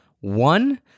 One